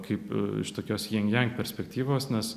kaip iš tokios jin jang perspektyvos nes